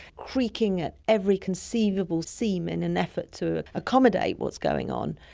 creaking at every conceivable seam in an effort to accommodate what's going on,